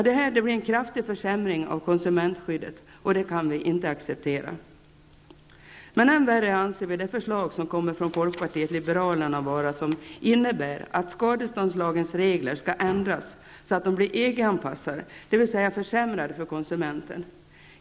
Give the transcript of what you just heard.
Det blir en kraftig försämring av konsumentskyddet, och det kan vi inte acceptera. Än värre anser vi det förslag som kommer från folkpartiet liberalerna vara, som innebär att skadeståndslagens regler skall ändras så att de blir EG-anpassade, dvs. försämrade för konsumenten.